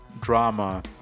drama